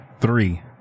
three